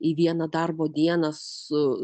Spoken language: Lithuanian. į vieną darbo dieną su